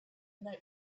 night